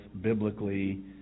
biblically